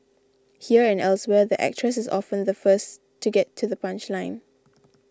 here and elsewhere the actress is often the first to get to the punchline